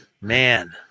man